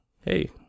hey